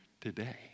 today